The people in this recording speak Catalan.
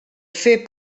fer